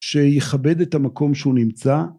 ‫שיכבד את המקום שהוא נמצא.